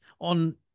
On